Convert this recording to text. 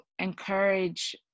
encourage